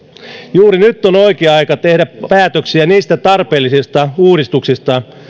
juuri nyt on oikea aika tehdä päätöksiä niistä tarpeellisista uudistuksista